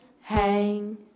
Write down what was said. hang